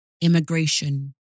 Immigration